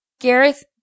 Gareth